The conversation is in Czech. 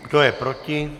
Kdo je proti?